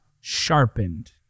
sharpened